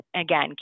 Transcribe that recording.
again